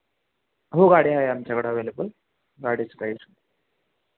हो गाडी आहे आमच्याकडं अव्हेलेबल गाडीचं काही विषय नाही